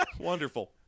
wonderful